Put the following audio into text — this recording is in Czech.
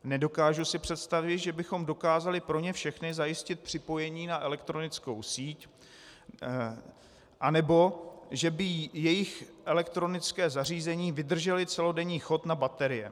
Nedokážu si představit, že bychom dokázali pro ně všechny zajistit připojení na elektronickou síť a nebo že by jejich elektronická zařízení vydržela celodenní chod na baterie.